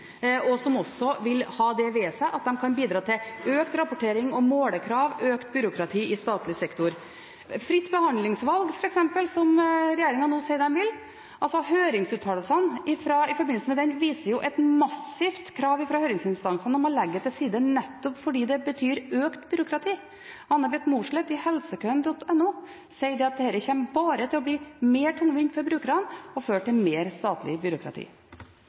og som også vil ha det ved seg at de kan bidra til økt rapportering, økte målekrav og økt byråkrati i statlig sektor. Når det gjelder fritt behandlingsvalg, f.eks., som regjeringen sier de vil innføre, viser høringsuttalelsene i den forbindelse et massivt krav fra høringsinstansene om å legge det til side, nettopp fordi det betyr økt byråkrati. Anne Beth Moslet i helsekøen.no sier at dette bare kommer til å bli mer tungvint for brukerne og føre til mer statlig byråkrati.